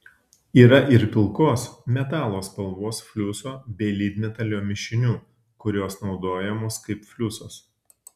yra ir pilkos metalo spalvos fliuso bei lydmetalio mišinių kurios naudojamos kaip fliusas